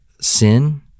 sin